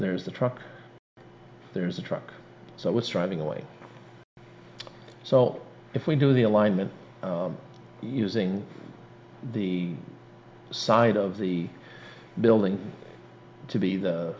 there's the truck there's a truck so i was driving away so if we do the alignment using the side of the building to be the